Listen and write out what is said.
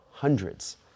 hundreds